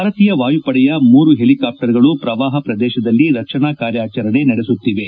ಭಾರತೀಯ ವಾಯುಪಡೆಯ ಮೂರು ಹೆಲಿಕಾಪ್ರರ್ಗಳು ಪ್ರವಾಹ ಪ್ರದೇಶದಲ್ಲಿ ರಕ್ಷಣಾ ಕಾರ್ಯಾಚರಣೆ ನಡೆಸುತ್ತಿವೆ